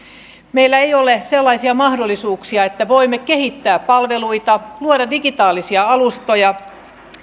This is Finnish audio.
meillä ei ole sellaisia mahdollisuuksia että voimme kehittää palveluita luoda digitaalisia alustoja